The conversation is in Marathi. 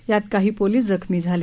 यात काही पोलिस जखमी झाले